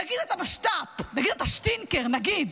נגיד אתה משת"פ, נגיד אתה שטינקר, נגיד.